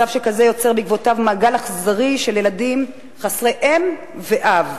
מצב שכזה יוצר בעקבותיו מעגל אכזרי של ילדים חסרי אם ואב,